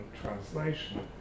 translation